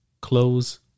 close